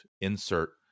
insert